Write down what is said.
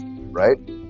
right